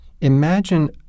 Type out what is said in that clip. imagine